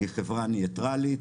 היא חברה ניטרלית,